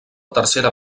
tercera